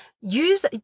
use